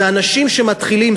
זה אנשים שמתחילים,